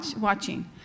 watching